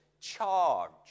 charge